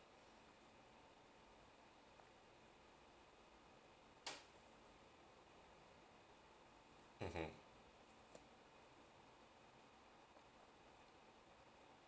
mmhmm